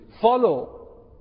follow